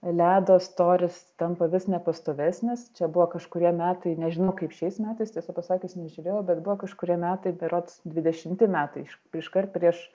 ledo storis tampa vis nepastovesnis čia buvo kažkurie metai nežinau kaip šiais metais tiesą pasakius nežiūrėjau bet buvo kažkurie metai berods dvidešimti metai iš iškart prieš